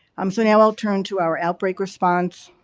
um so, now i'll turn to our outbreak response.